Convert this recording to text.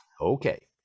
Okay